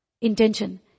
intention